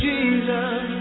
Jesus